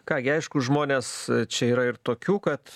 ką gi aišku žmonės čia yra ir tokių kad